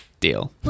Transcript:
deal